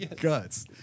guts